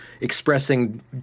expressing